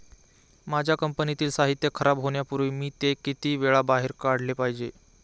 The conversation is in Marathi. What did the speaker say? माझ्या कंपनीतील साहित्य खराब होण्यापूर्वी मी ते किती वेळा बाहेर काढले पाहिजे?